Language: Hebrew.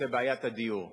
נושא בעיית הדיור,